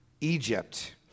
Egypt